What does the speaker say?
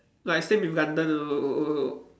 like same with also also